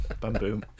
bamboo